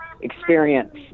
experience